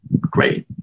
great